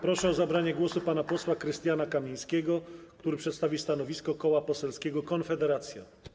Proszę o zabranie głosu pana posła Krystiana Kamińskiego, który przedstawi stanowisko Koła Poselskiego Konfederacja.